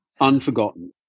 Unforgotten